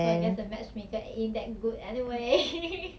so I guess the matchmaker ain't that good anyway